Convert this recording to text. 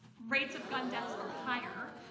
rates of gun deaths are higher,